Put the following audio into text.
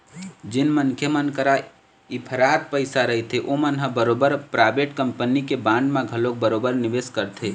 जेन मनखे मन करा इफरात पइसा रहिथे ओमन ह बरोबर पराइवेट कंपनी के बांड म घलोक बरोबर निवेस करथे